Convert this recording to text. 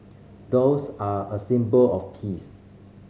doves are a symbol of peace